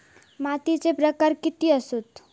मातीचे प्रकार किती आसत?